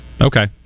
Okay